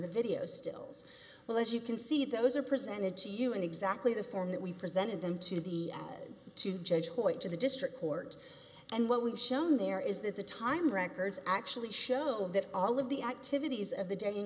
the video still as well as you can see those are presented to you in exactly the form that we presented them to the two judge hoyt to the district court and what we've shown there is that the time records actually show that all of the activities of the day in